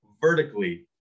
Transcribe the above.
vertically